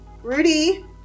rudy